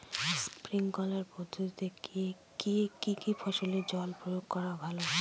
Sprinkler পদ্ধতিতে কি কী ফসলে জল প্রয়োগ করা ভালো?